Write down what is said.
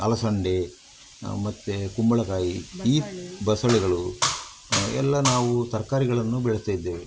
ಅಲಸಂದೆ ಮತ್ತೆ ಕುಂಬಳಕಾಯಿ ಈ ಬಸಳೆಗಳು ಎಲ್ಲ ನಾವು ತರಕಾರಿಗಳನ್ನು ಬೆಳೆಸ್ತಾಯಿದ್ದೇವೆ